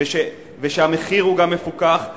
ושהמחיר הוא גם מפוקח,